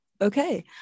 Okay